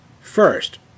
First